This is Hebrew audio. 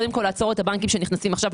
לעצור את הבנקים שנכנסים עכשיו,